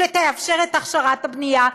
שתאפשר את הכשרת הבנייה?